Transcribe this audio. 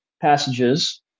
Passages